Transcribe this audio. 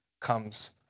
comes